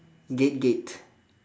gate gate